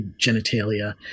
genitalia